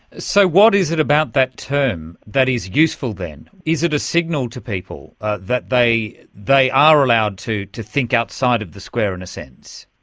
so what is it about that term that is useful then? is it a signal to people that they they are allowed to to think outside of the square, in a sense?